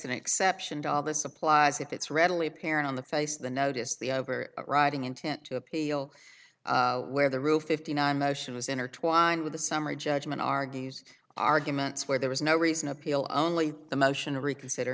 an exception to all this applies if it's readily apparent on the face of the notice the over riding intent to appeal where the roof fifty nine motion was in or twined with the summary judgment argues arguments where there was no reason appeal only the motion to reconsider